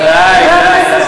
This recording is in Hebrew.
די, די, די.